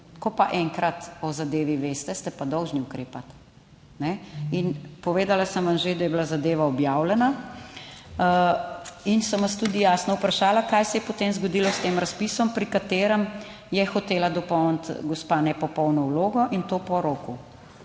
ko pa enkrat o zadevi veste, ste pa dolžni ukrepati. In povedala sem vam že, da je bila zadeva objavljena in sem vas tudi jasno vprašala, kaj se je potem zgodilo s tem razpisom, pri katerem je hotela dopolniti gospa nepopolno vlogo in to po roku.